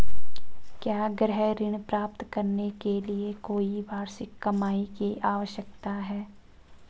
क्या गृह ऋण प्राप्त करने के लिए कोई वार्षिक कमाई की आवश्यकता है?